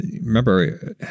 remember